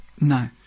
No